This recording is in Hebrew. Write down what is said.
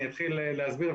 אתחיל להסביר,